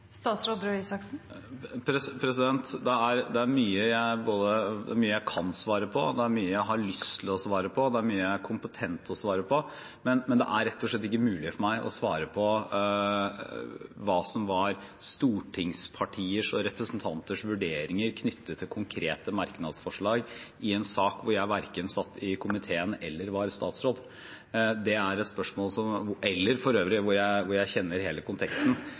Det er mye jeg kan svare på, og det er mye jeg har lyst til å svare på, og det er mye jeg er kompetent til å svare på, men det er rett og slett ikke mulig for meg å svare på hva som var stortingspartiers og representanters vurderinger knyttet til konkrete merknadsforslag i en sak hvor jeg verken satt i komiteen eller var statsråd eller kjenner hele konteksten. Så jeg må bare svare igjen at jeg tror ikke det er noen grunnleggende misforståelse. Vi vedtar mange forordninger, vi implementer EØS-lovgivning hele tiden, og jeg